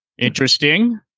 Interesting